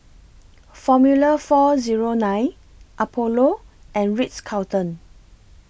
Formula four Zero nine Apollo and Ritz Carlton